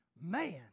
man